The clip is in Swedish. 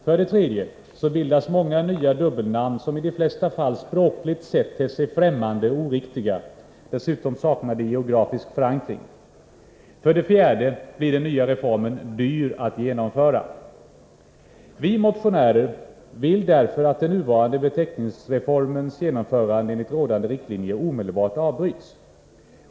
För det tredje så bildas många nya dubbelnamn som i de flesta fall språkligt sett ter sig främmande och oriktiga. Dessutom saknar de geografisk förankring. För det fjärde blir den nya reformen dyr att genomföra. Vi motionärer vill därför att den nuvarande beteckningsreformens genomförande enligt rådande riktlinjer omedelbart avbryts.